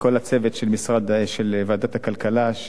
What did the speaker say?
הצוות של ועדת הכלכלה,